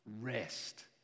Rest